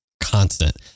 constant